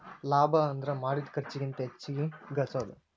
ಲಾಭ ಅಂದ್ರ ಮಾಡಿದ್ ಖರ್ಚಿಗಿಂತ ಹೆಚ್ಚಿಗಿ ಗಳಸೋದು